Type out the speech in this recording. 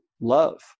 love